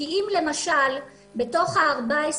כי אם למשל בתוך ה-14